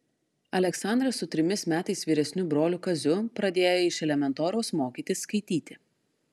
aleksandras su trimis metais vyresniu broliu kaziu pradėjo iš elementoriaus mokytis skaityti